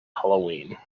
halloween